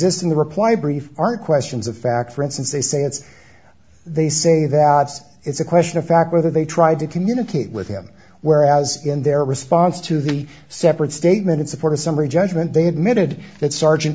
exist in the reply brief aren't questions of fact for instance they say it's they say that it's a question of fact whether they tried to communicate with him whereas in their response to the separate statement in support of summary judgment they admitted that sergeant